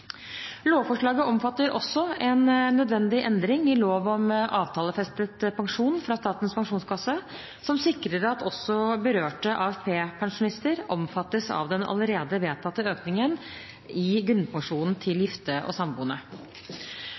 Lovforslaget omfatter også en nødvendig endring i lov om avtalefestet pensjon for medlemmer av Statens pensjonskasse, som sikrer at også berørte AFP-pensjonister omfattes av den allerede vedtatte økningen i grunnpensjonen til gifte og samboende.